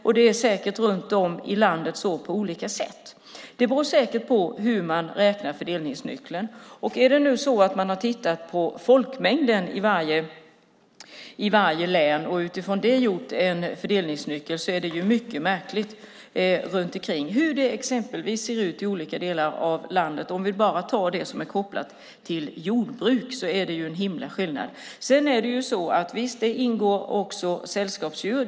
Och det är säkert så runt om i landet på olika sätt. Det beror säkert på hur man räknar fördelningsnyckeln. Och är det nu så att man har tittat på folkmängden i varje län och utifrån det har gjort en fördelningsnyckel är det mycket märkligt avseende hur det exempelvis ser ut i olika delar av landet. Om vi bara tar det som är kopplat till jordbruk är det ju en himla skillnad. Visst ingår det också sällskapsdjur.